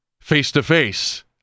face-to-face